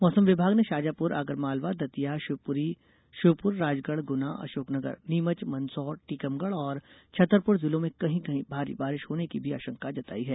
मौसम विभाग ने शाजापुर आगरमालवा दतिया शिवपुरी श्योपुर राजगढ़ गुना अशोकनगर नीमच मंदसौर टीकमगढ़ और छतरपुर जिलों में कहीं कहीं भारी बारिश होने की भी आशंका जताई है